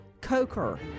Coker